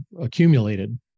accumulated